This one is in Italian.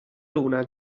luna